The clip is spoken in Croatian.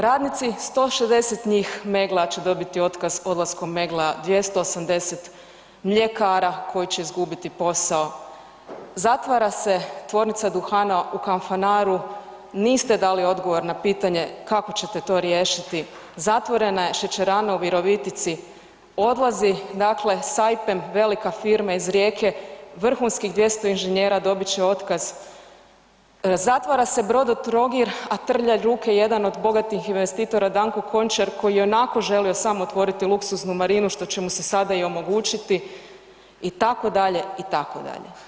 Radnici, 160 njih Meggle-a će dobiti otkaz odlaskom Meggle-a, 280 mljekara koji će izgubiti posao, zatvara se Tvornica duhana u Kanfanaru, niste dali odgovor na pitanje kako ćete to riješiti, zatvorena je šećerana u Virovitici, odlazi dakle Saipem velika firma iz Rijeka, vrhunskih 200 inženjera dobit će otkaz, zatvara se Brodotrogir, a trlja ruke jedan od bogatih investitora Danko Končar koji je ionako želio samo otvoriti luksuznu marinu što će mu se sada omogućiti itd., itd.